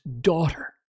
daughter